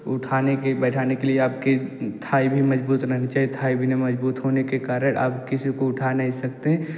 उठाने के बैठाने के लिए आपकी थाई भी मज़बूत रहनी चाहिए थाई बिना मज़बूत रहने के कारण आप किसी को उठा नहीं सकते हैं